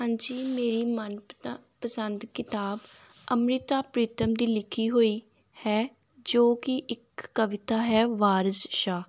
ਹਾਂਜੀ ਮੇਰੀ ਮਨ ਪਤਾ ਪਸੰਦ ਕਿਤਾਬ ਅੰਮ੍ਰਿਤਾ ਪ੍ਰੀਤਮ ਦੀ ਲਿਖੀ ਹੋਈ ਹੈ ਜੋ ਕਿ ਇੱਕ ਕਵਿਤਾ ਹੈ ਵਾਰਸ ਸ਼ਾਹ